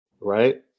Right